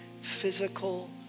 physical